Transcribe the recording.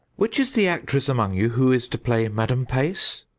which is the actress among you who is to play madame pace?